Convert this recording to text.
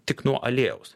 tik nuo aliejaus